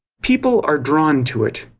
people are drawn to it,